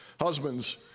husbands